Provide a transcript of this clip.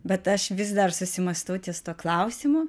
bet aš vis dar susimąstau ties tuo klausimu